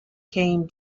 came